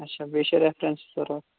اچھا بیٚیہِ چھِ ریفرَنسہٕ ضوٚرتھ